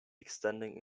extending